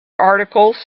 articles